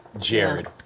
Jared